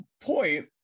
point